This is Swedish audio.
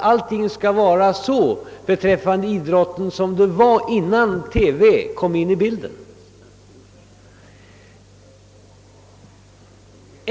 allt skall vara så beträffande idrotten som det var innan TV kom in i bilden.